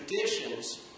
traditions